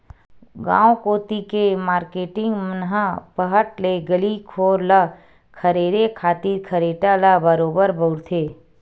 गांव कोती के मारकेटिंग मन ह पहट ले गली घोर ल खरेरे खातिर खरेटा ल बरोबर बउरथे